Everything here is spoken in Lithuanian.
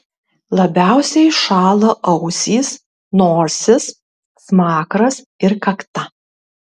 labiausiai šąla ausys nosis smakras ir kakta